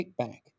kickback